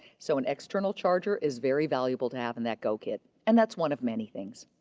so an external charger is very valuable to have in that go kit. and that's one of many things.